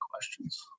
questions